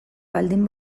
baldin